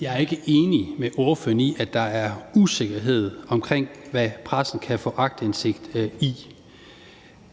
Jeg er ikke enig med spørgeren i, at der er usikkerhed omkring, hvad pressen kan få aktindsigt i.